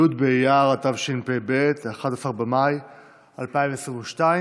י' באייר התשפ"ב (11 במאי 2022)